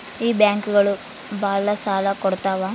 ಈ ಬ್ಯಾಂಕುಗಳು ಭಾಳ ಸಾಲ ಕೊಡ್ತಾವ